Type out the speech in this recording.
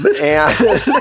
and-